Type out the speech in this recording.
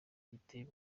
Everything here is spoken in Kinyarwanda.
giteye